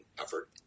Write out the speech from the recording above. effort